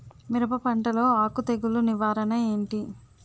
మిరప పంటలో ఆకు తెగులు నివారణ ఏంటి?